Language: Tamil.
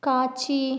காட்சி